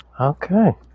Okay